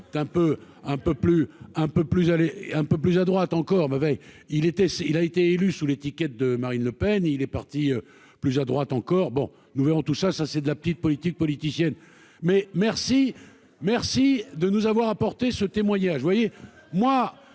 un peu plus à droite encore mauvais, il était, il a été élu sous l'étiquette de Marine Le Pen, il est parti plus à droite encore, bon, nous verrons tout ça, ça c'est de la petite politique politicienne. Mais merci, merci de nous avoir apporté ce témoignage